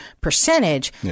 percentage